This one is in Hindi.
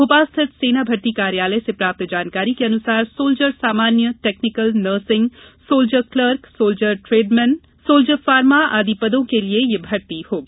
भोपाल स्थित सेना भर्ती कार्यालय से प्राप्त जानकारी के अनुसार सोल्जर सामान्य technical nursing soldier clerk soldier tradesmen soldier pharma आदि पदों के लिए यह भर्ती होगी